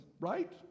right